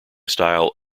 style